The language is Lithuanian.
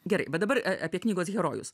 gerai bet dabar apie knygos herojus